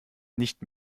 nicht